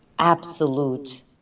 absolute